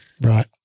Right